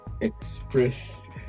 express